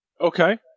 Okay